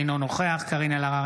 אינו נוכח קארין אלהרר,